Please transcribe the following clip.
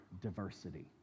diversity